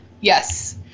Yes